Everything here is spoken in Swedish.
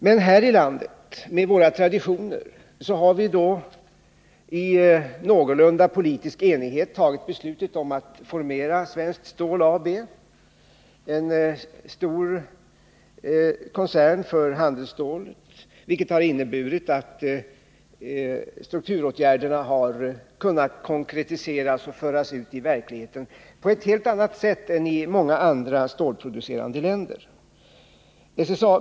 Men här i landet, med våra traditioner, har vi i någorlunda politisk enighet tagit beslut om att formera Svenskt Stål AB, en stor koncern för handelsstålet, vilket inneburit att strukturåtgärderna har kunnat konkretiseras och föras ut i verkligheten på ett helt annat sätt än i många andra stålproducerande länder.